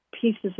pieces